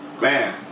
man